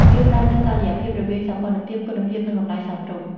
វាផ្តល់នូវតុល្យភាពរវាងសោភ័ណភាព គុណភាព និងតម្លៃសមរម្យ។